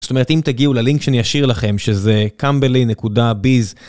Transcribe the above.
זאת אומרת, אם תגיעו ללינק שאני אשאיר לכם, שזה cambly.biz.